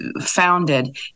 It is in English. founded